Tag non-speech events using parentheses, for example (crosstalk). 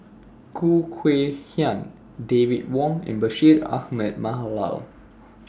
Khoo Kay Hian David Wong and Bashir Ahmad (unintelligible)